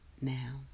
now